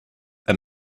and